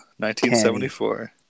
1974